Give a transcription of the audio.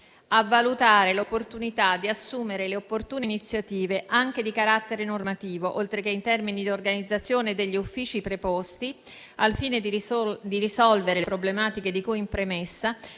«a valutare l'opportunità di assumere le opportune iniziative, anche di carattere normativo, oltre che in termini di organizzazione degli uffici preposti, al fine di risolvere le problematiche di cui in premessa,